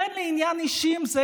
אין לי עניין אישי עם זה,